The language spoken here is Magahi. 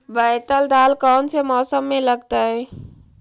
बैतल दाल कौन से मौसम में लगतैई?